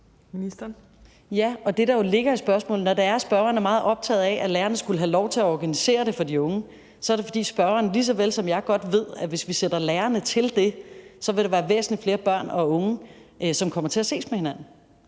det, der jo ligger i spørgsmålet – når spørgeren er meget optaget af, at lærerne skulle have lov til at organisere det for de unge – er, at spørgeren lige så vel som jeg godt ved, at hvis vi sætter lærerne til det, vil der være væsentlig flere børn og unge, som kommer til at ses med hinanden.